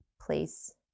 place